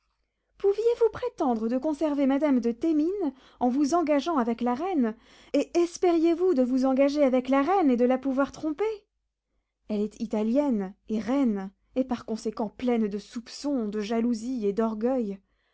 pouviez-vous prétendre de conserver madame de thémines en vous engageant avec la reine et espériez vous de vous engager avec la reine et de la pouvoir tromper elle est italienne et reine et par conséquent pleine de soupçons de jalousie et d'orgueil